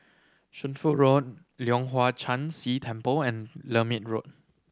Shunfu Road Leong Hwa Chan Si Temple and Lermit Road